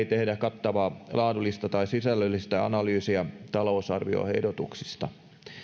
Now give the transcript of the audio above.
tehdä kattavaa laadullista tai sisällöllistä analyysia talousarvioehdotuksista